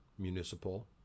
municipal